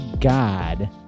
God